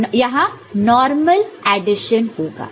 तो यहां normal addition होगा